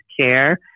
care